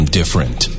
different